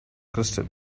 crystal